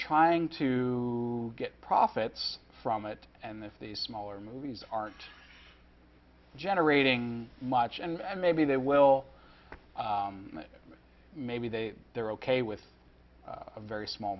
trying to get profits from it and this these smaller movies aren't generating much and maybe they will that maybe they they're ok with a very small